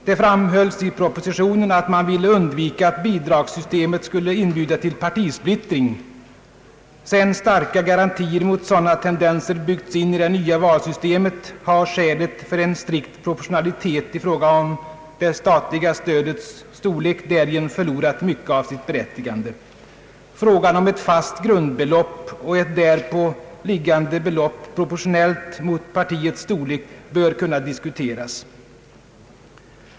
Det framhölls i propositionen att man ville undvika att bidragssystemet skulle inbjuda till partisplittring. Sedan starka garantier mot sådana tendenser byggts in i det nya valsystemet har skälet för en strikt proportionalitet i fråga om det statliga stödets storlek förlorat mycket av sitt berättigande. Frågan om ett fast grundbelopp och ett därpå liggande belopp proportionellt mot partiets storlek bör kunna diskuteras.